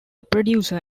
producer